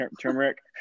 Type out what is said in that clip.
turmeric